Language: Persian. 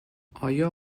آیا